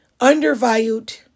undervalued